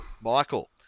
Michael